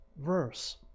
verse